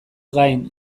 gain